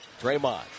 Draymond